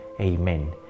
Amen